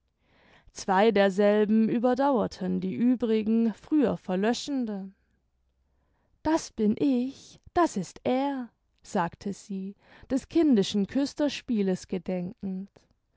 zwei derselben überdauerten die übrigen früher verlöschenden das bin ich das ist er sagte sie des kindischen küsterspieles gedenkend